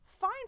fine